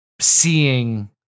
seeing